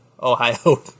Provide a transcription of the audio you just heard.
Ohio